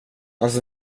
hans